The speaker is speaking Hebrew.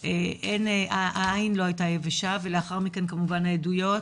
אין העין לא הייתה יבשה ולאחר מכן כמובן העדויות,